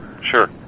sure